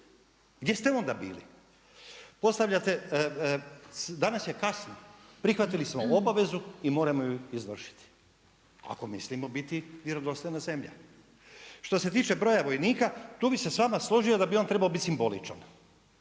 Gdje ste onda bili? Postvljete, danas je kasno, prihvatili smo obavezu i moramo ju izvršiti, ako mislimo biti vjerodostojna zemlja. Što se tiče broja vojnika tu bi se s vama složio da bi on trebao biti simboličan,